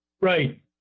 Right